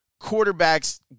quarterbacks